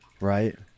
right